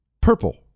Purple